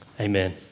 Amen